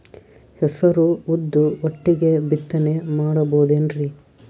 ಹೆಸರು ಉದ್ದು ಒಟ್ಟಿಗೆ ಬಿತ್ತನೆ ಮಾಡಬೋದೇನ್ರಿ?